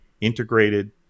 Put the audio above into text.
integrated